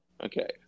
Okay